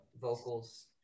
vocals